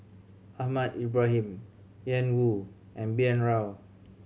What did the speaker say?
Ahmad Ibrahim Ian Woo and B N Rao